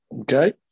Okay